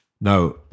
Now